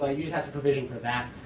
ah you just have to provision for that